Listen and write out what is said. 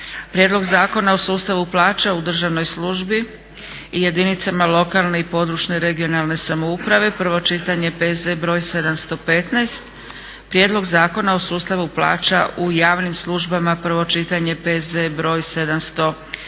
Prijedlog zakona o sustavu plaća u državnoj službi i jedinicama lokalne i područne (regionalne) samouprave, prvo čitanje, P.Z. br. 715; - Prijedlog zakona o sustavu plaća u javnim službama, prvo čitanje, P.Z. br. 716;